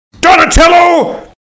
donatello